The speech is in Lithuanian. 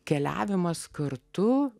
keliavimas kartu